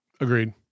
Agreed